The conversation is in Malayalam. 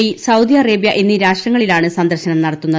ഇ സൌദി അറേബ്യ എന്നീ രാഷ്ട്രങ്ങളിലാണ് സന്ദർശനം നടത്തുന്നത്